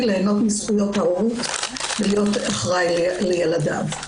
ליהנות מזכויות ההורות ולהיות אחראי על ילדיו.